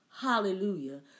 hallelujah